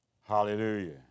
Hallelujah